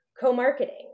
co-marketing